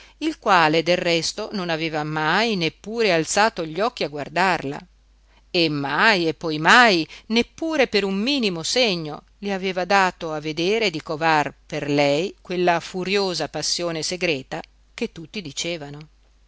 il quale del resto non aveva mai neppure alzato gli occhi a guardarla e mai e poi mai neppure per un minimo segno le aveva dato a vedere di covar per lei quella furiosa passione segreta che tutti dicevano